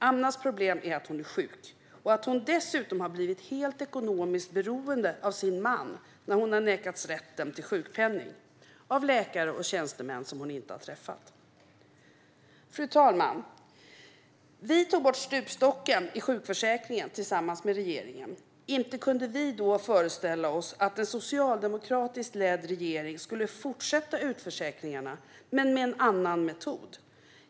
Amnas problem är att hon är sjuk och att hon dessutom har blivit helt ekonomiskt beroende av sin man när hon har nekats rätten till sjukpenning av läkare och tjänstemän som hon inte har träffat. Fru talman! Vi tog bort stupstocken i sjukförsäkringen tillsammans med regeringen. Inte kunde vi då föreställa oss att en socialdemokratiskt ledd regering skulle fortsätta utförsäkringarna men med en annan metod.